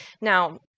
Now